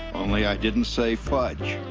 only i didn't say fudge.